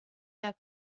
der